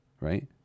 right